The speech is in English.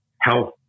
health